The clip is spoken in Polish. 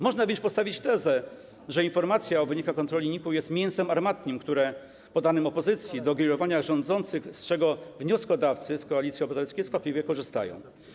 Można więc postawić tezę, że informacja o wynikach kontroli NIK-u jest mięsem armatnim, które podano opozycji do grillowania rządzących, z czego wnioskodawcy z Koalicji Obywatelskiej skwapliwie korzystają.